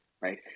right